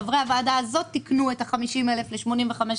חברי הוועדה הזאת תיקנו את ה-50,000 ל-85,000,